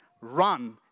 run